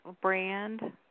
Brand